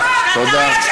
אתה צבוע.